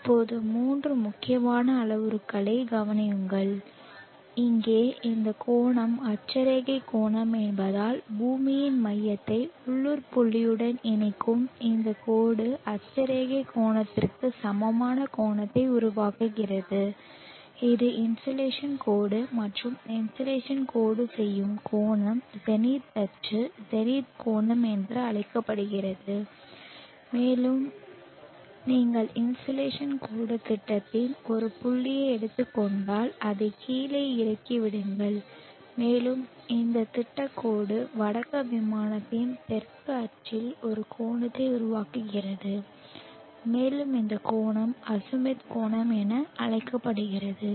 இப்போது மூன்று முக்கியமான அளவுருக்களைக் கவனியுங்கள் இங்கே இந்த கோணம் அட்சரேகை கோணம் என்பதால் பூமியின் மையத்தை உள்ளூர் புள்ளியுடன் இணைக்கும் இந்த கோடு அட்சரேகை கோணத்திற்கு சமமான கோணத்தை உருவாக்குகிறது இது இன்சோலேஷன் கோடு மற்றும் இன்சோலேஷன் கோடு செய்யும் கோணம் ஜெனித் அச்சு ஜெனித் கோணம் என்று அழைக்கப்படுகிறது மேலும் நீங்கள் இன்சோலேஷன் கோடு திட்டத்தின் ஒரு புள்ளியை எடுத்துக் கொண்டால் அதைக் கீழே இறக்கி விடுங்கள் மேலும் அந்த திட்டக் கோடு வடக்கு விமானத்தில் தெற்கு அச்சில் ஒரு கோணத்தை உருவாக்குகிறது மேலும் இந்த கோணம் அஜிமுத் கோணம் என்று அழைக்கப்படுகிறது